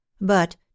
But